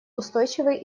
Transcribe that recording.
устойчивый